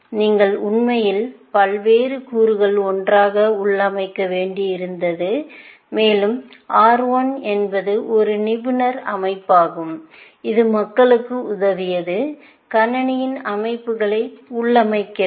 நீங்கள் உண்மையில் பல்வேறு கூறுகளை ஒன்றாக உள்ளமைக்க வேண்டியிருந்தது மேலும் R 1 என்பது ஒரு நிபுணர் அமைப்பாகும் இது மக்களுக்கு உதவியது கணினி அமைப்புகளை உள்ளமைக்கிறது